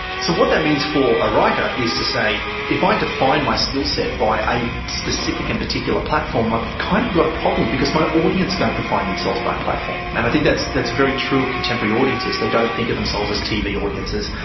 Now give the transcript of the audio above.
so what that means for a writer is to say if i define my skill set by a specific and particular platform, i've kind of got a problem because my audience don't define themselves by a platform, and i think that's that's very true of contemporary audiences, they don't think of themselves as tv audiences,